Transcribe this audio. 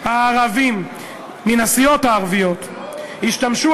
הערבים מן הסיעות הערביות ישתמשו,